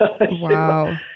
Wow